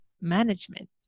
management